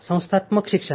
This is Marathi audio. संस्थात्मक शिक्षण